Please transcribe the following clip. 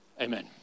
Amen